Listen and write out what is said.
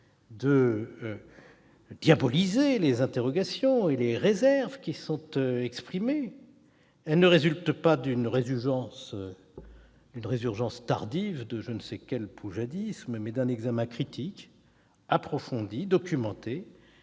de diaboliser les interrogations et les réserves qui sont exprimées. Elles ne résultent pas d'une résurgence tardive de je ne sais quel poujadisme, mais d'un examen critique, approfondi, documenté,